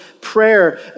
prayer